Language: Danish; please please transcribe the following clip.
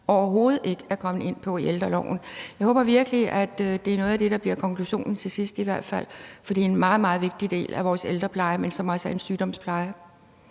overhovedet ikke ministeren er kommet ind på i ældreloven. Jeg håber virkelig, at det er noget af det, der bliver konklusionen til sidst i hvert fald, for det er en meget, meget vigtig del af vores ældrepleje, men som også er en sygdomspleje.